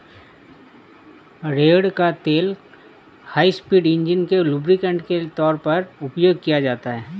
रेड़ का तेल high speed engine में लुब्रिकेंट के तौर पर उपयोग किया जाता है